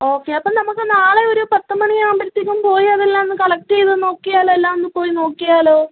okay അപ്പം നമുക്ക് നാളെ ഒരു പത്ത് മണിയാകുമ്പഴത്തേക്കും പോയതല്ല ഒന്ന് കളക്റ്റ് ചെയ്തു നോക്കിയാലൊ എല്ലാ ഒന്ന് പോയി നോക്കിയാലൊ